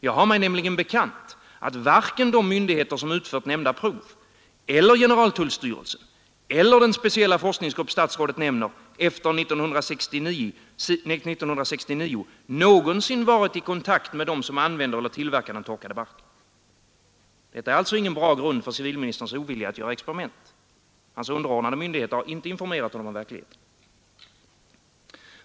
Jag har mig nämligen bekant att varken de myndigheter som utfört nämnda prov eller generaltullstyrelsen eller den speciella forskningsgrupp statsrådet nämner någonsin efter 1969 varit i kontakt med dem som använder eller tillverkar den torkade barken. Detta är ingen bra grund för civilministerns ovilja att göra experiment. Hans underordnade myndigheter har inte informerat honom om verkligheten.